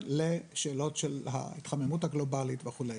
לשאלות של ההתחממות הגלובלית וכולי.